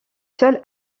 seuls